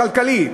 כלכלי.